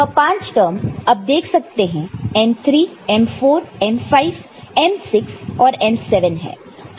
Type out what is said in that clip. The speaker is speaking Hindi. यह 5 टर्मस अब देख सकते हैं m3 m4 m5 m6 और m7 है